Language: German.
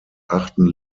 achten